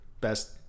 best